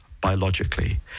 biologically